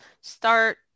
start